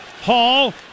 Hall